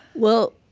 well,